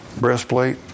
breastplate